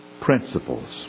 principles